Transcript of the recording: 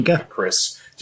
Chris